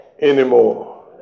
anymore